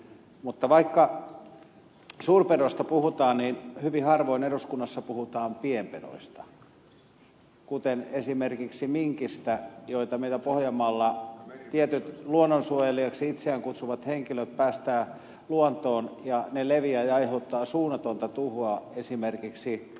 mutta vaikka suurpedoista puhutaan niin hyvin harvoin eduskunnassa puhutaan pienpedoista kuten esimerkiksi minkistä joita meillä pohjanmaalla tietyt luonnonsuojelijoiksi itseään kutsuvat henkilöt päästävät luontoon ja jotka leviävät ja aiheuttavat suunnatonta tuhoa esimerkiksi vesilinnuille